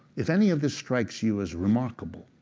if any of this strikes you as remarkable,